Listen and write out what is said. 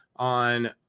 on